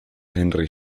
henri